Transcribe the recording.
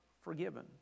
forgiven